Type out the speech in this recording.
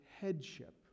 headship